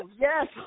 yes